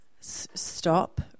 stop